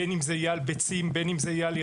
בין אם זה יהיה על ביצים,